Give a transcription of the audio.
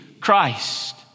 Christ